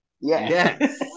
Yes